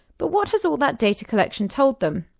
but what has all that data collection told them?